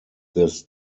this